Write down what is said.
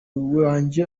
wanjye